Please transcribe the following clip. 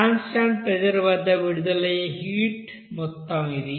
constant pressure వద్ద విడుదలయ్యే heat మొత్తం ఇది